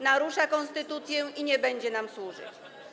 Narusza konstytucję i nie będzie nam służyć.